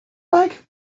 like